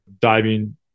diving